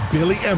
Billy